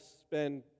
spend